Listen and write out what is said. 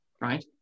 right